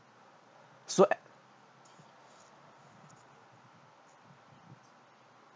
so